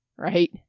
Right